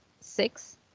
six